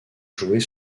jouer